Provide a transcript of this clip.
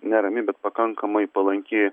nerami bet pakankamai palanki